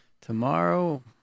Tomorrow